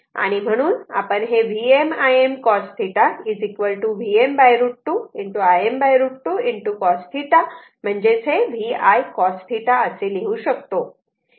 म्हणून आपण हे Vm Im cos θ Vm √ 2 Im √ 2 cos θ V I cos θ असे लिहू शकतो